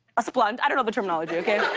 a splunt i don't know the terminology, okay?